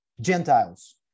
Gentiles